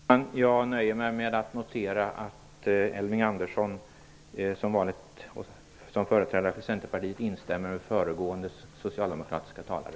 Herr talman! Jag nöjer mig med att notera att Elving Andersson som företrädare för Centerpartiet som vanligt instämmer med föregående socialdemokratiske talare.